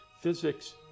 physics